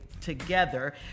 together